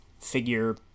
figure